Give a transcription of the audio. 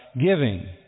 giving